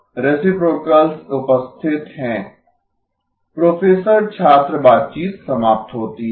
"professor - छात्र बातचीत समाप्त होती है